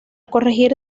corregir